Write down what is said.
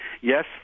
Yes